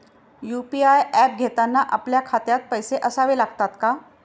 UPI app घेताना आपल्या खात्यात पैसे असावे लागतात का?